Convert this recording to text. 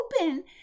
open